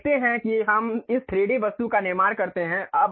आप देखते हैं कि हम इस 3D वस्तु का निर्माण करते हैं